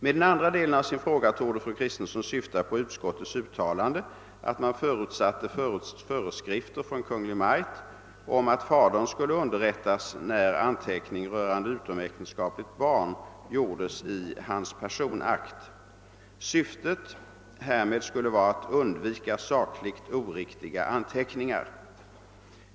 Med den andra delen av sin fråga torde fru Kristensson syfta på utskottets uttalande att man förutsatte föreskrifter från Kungl. Maj:t om att fadern skulle underrättas när anteckning rörande utomäktenskapligt barn gjordes i hans personakt. Syftet härmed skulle vara att undvika sakligt oriktiga anteckningar.